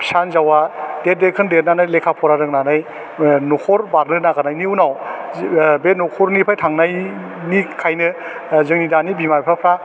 फिसा हिन्जावा देर देखोन देरनानै लेखा फरा रोंनानै ओह नखर बारनो नागिरनायनि उनाव ओह बे नखरनिफ्राइ थांनायनिखायनो जोंनि दानि बिमा बिफाफ्रा